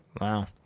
wow